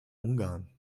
ungarn